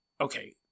okay